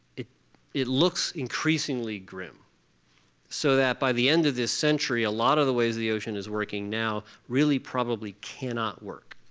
it it looks increasingly grim so that by the end of this century, a lot of the ways the ocean is working now really probably cannot work